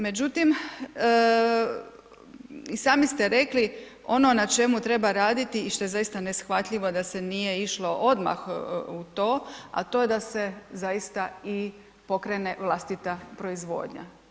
Međutim i sami ste rekli ono na čemu treba raditi i što je zaista neshvatljivo da se nije išlo odmah u to, a to je da se zaista i pokrene vlastita proizvodnja.